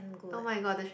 oh-my-god the